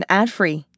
ad-free